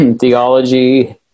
Theology